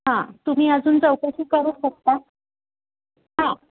हां तुम्ही अजून चौकशी करू शकता हां